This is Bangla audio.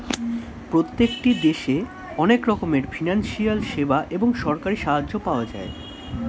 প্রত্যেকটি দেশে অনেক রকমের ফিনান্সিয়াল সেবা এবং সরকারি সাহায্য পাওয়া যায়